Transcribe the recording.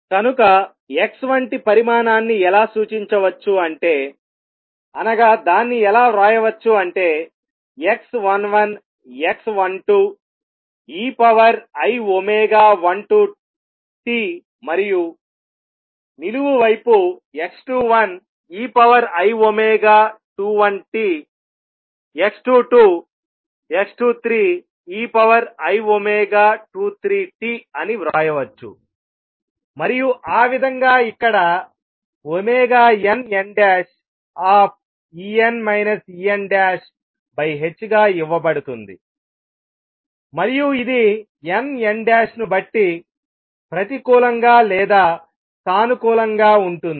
కనుక x వంటి పరిమాణాన్ని ఎలా సూచించవచ్చు అంటే అనగా దాన్ని ఎలా వ్రాయవచ్చు అంటే x11 x12 ei12tమరియు నిలువు వైపు x21 ei21t x22 x23 ei23tఅని వ్రాయవచ్చు మరియు ఆ విధంగా ఇక్కడ nnEn En ℏ గా ఇవ్వబడుతుంది మరియు ఇది nn' ను బట్టి ప్రతికూలంగా లేదా సానుకూలంగా ఉంటుంది